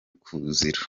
kuzira